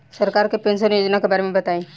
सरकार के पेंशन योजना के बारे में बताईं?